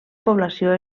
població